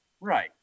Right